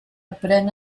aprèn